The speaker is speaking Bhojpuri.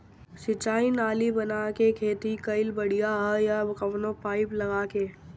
सिंचाई नाली बना के खेती कईल बढ़िया ह या कवनो पाइप लगा के?